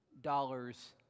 dollars